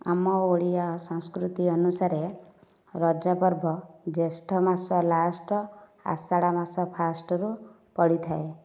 ଆମ ଓଡ଼ିଆ ସଂସ୍କୃତି ଅନୁସାରେ ରଜ ପର୍ବ ଜ୍ୟେଷ୍ଠ ମାସ ଲାଷ୍ଟ୍ ଆଷାଢ଼ ମାସ ଫାଷ୍ଟ୍ରୁ ପଡ଼ିଥାଏ